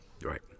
Right